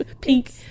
Pink